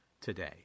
today